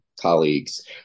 Colleagues